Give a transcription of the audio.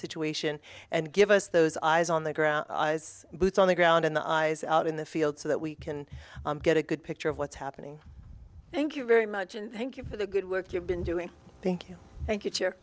situation and give us those eyes on the ground boots on the ground in the eyes out in the field so that we can get a good picture of what's happening thank you very much and thank you for the good work you've been doing thank you thank you